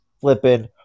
flipping